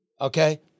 Okay